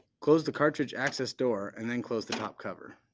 close the cartridge access door and then close the top cover.